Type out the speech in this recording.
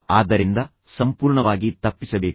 ಆದ್ದರಿಂದ ನೀವು ಸಂಪೂರ್ಣವಾಗಿ ತಪ್ಪಿಸಬೇಕು